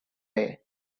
day